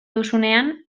duzunean